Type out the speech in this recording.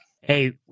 Hey